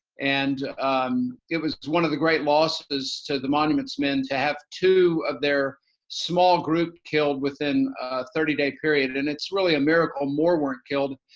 and um it was was one of the great losses to the monuments men to have two of their small group killed within a thirty day period. and it's really a miracle, more were killed,